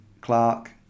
Clark